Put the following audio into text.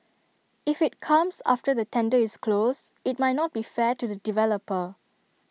if IT comes after the tender is closed IT might not be fair to the developer